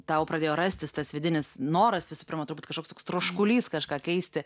tau pradėjo rastis tas vidinis noras visų pirma turbūt kažkoks toks troškulys kažką keisti